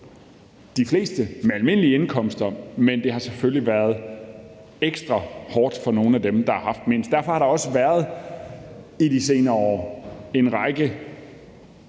de fleste med almindelige indkomster, men det har selvfølgelig været ekstra hårdt for nogle af dem, der har mindst. Derfor har der også i de senere år været en række